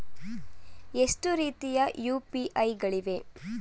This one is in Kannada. ಎಷ್ಟು ರೀತಿಯ ಯು.ಪಿ.ಐ ಗಳಿವೆ?